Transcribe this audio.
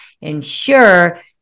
ensure